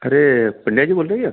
अरे पंड्या जी बोल रहे क्या